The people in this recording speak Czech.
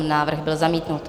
Návrh byl zamítnut.